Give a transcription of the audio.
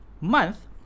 month